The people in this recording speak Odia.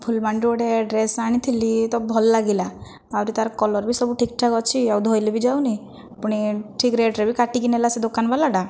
ଫୁଲବାଣୀରୁ ଗୋଟିଏ ଡ୍ରେସ୍ ଆଣିଥିଲି ତ ଭଲ ଲାଗିଲା ଆହୁରି ତା'ର କଲର ବି ସବୁ ଠିକ୍ଠାକ୍ ଅଛି ଆଉ ଧୋଇଲେ ବି ଯାଉନାହିଁ ପୁଣି ଠିକ୍ ରେଟ୍ରେ ବି କାଟିକି ନେଲା ସେ ଦୋକାନବାଲାଟା